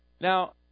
Now